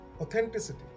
Authenticity